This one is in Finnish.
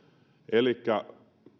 elikkä